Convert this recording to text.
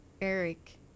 Eric